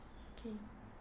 okay